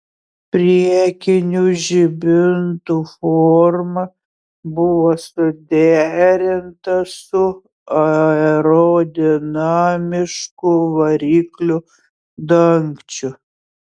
priekinių žibintų forma buvo suderinta su aerodinamišku variklio dangčiu